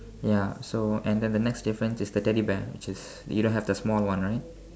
ya so and then the next difference is the teddy bear which is you don't have the small one right